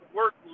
work